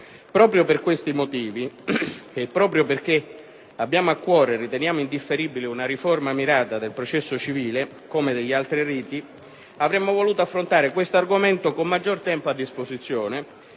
Proprio per questi motivi e perché abbiamo a cuore, ritenendola indifferibile, una riforma mirata del processo civile come degli altri riti, avremmo voluto affrontare questo argomento con maggiore tempo a disposizione